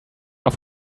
auf